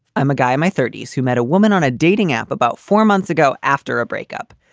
i'm a guy in my thirty s who met a woman on a dating app about four months ago after a breakup.